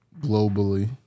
globally